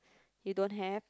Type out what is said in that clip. you don't have